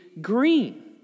green